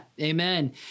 amen